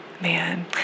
Man